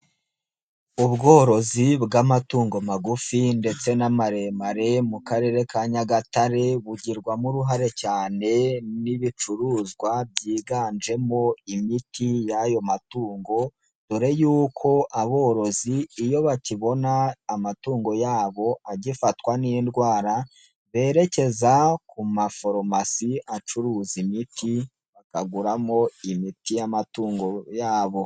Ubworozi bw'amatungo magufi ndetse n'amaremare mu Karere ka Nyagatare bugirwamo uruhare cyane n'ibicuruzwa byiganjemo imiti y'ayo matungo dore y'uko aborozi iyo bakibona amatungo yabo agifatwa n'indwara berekeza ku maforomasi acuruza imiti bakaguramo imiti y'amatungo yabo.